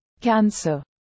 Cancer